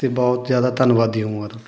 ਅਤੇ ਬਹੁਤ ਜ਼ਿਆਦਾ ਧੰਨਵਾਦੀ ਹੋਊਂਗਾ ਤੁਹਾਡਾ